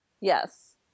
Yes